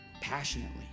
passionately